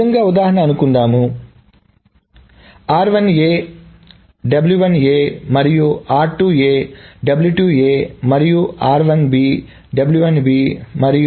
ఈ విధముగా ఉదాహరణ అనుకుందాం మరియు మరియు మరియు